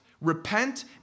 repent